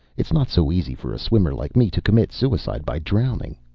it's not so easy for a swimmer like me to commit suicide by drowning.